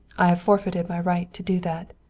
i have forfeited my right to do that.